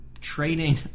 trading